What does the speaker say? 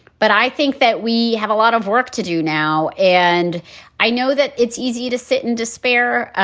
but i think that we have a lot of work to do now. and i know that it's easy to sit in despair.